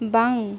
ᱵᱟᱝ